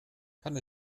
kann